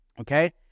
Okay